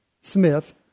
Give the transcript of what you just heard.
Smith